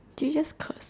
did you just curse